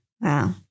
Wow